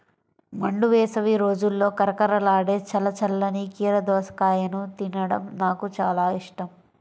మండు వేసవి రోజుల్లో కరకరలాడే చల్ల చల్లని కీర దోసకాయను తినడం నాకు చాలా ఇష్టం